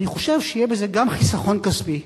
אני חושב שיהיה בזה גם חיסכון כספי,